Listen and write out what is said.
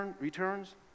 returns